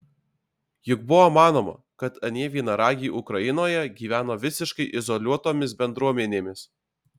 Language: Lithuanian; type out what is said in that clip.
juk buvo manoma kad anie vienaragiai ukrainoje gyveno visiškai izoliuotomis bendruomenėmis